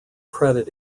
credit